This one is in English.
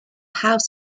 house